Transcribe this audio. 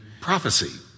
prophecy